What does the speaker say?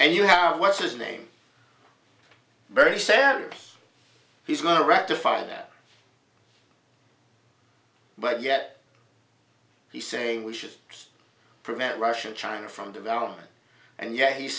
and you have what's his name very sad he's going to rectify that but yet he's saying we should prevent russia china from development and yet he's